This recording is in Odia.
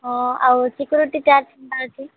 ହଁ ଆଉ ସିକ୍ୟୁରିଟି ଟ୍ୟାକ୍ସ କେମିତି ଅଛି